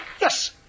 Yes